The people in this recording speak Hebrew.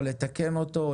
לתקן אותו,